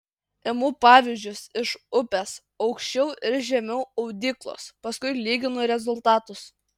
imu pavyzdžius iš upės aukščiau ir žemiau audyklos paskui lyginu rezultatus